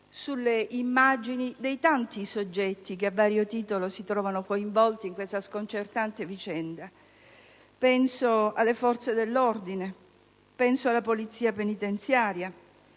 sulle immagini dei tanti soggetti che, a vario titolo, si trovano coinvolti in questa sconcertante vicenda: penso alle forze dell'ordine, alla polizia penitenziaria,